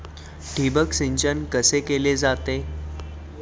ठिबक सिंचन कसे केले जाते?